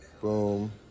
Boom